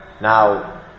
Now